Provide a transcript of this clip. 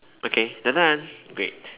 okay we're done great